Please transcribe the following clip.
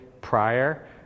prior